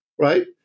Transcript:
Right